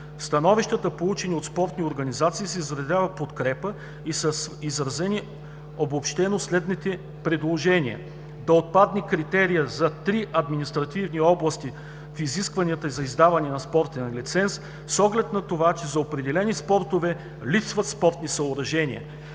становищата, получени от спортни организации, се изразява подкрепа и са изразени обобщено следните предложения: - да отпадне критерият за три административни области в изискванията за издаване на спортен лиценз с оглед на това, че за определени спортове липсват спортни съоръжения;